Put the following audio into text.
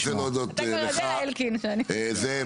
אני רוצה להודות לך, זאב.